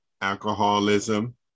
alcoholism